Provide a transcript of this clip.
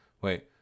Wait